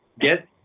get